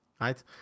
right